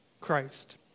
Christ